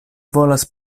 volas